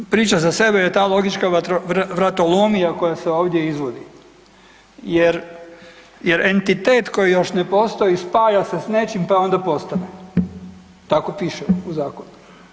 Priča za sebe je ta logička vratolomija koja se ovdje izvodi jer entitet koji još ne postoji spaja se s nečim pa onda postane, tako piše u zakonu.